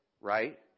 right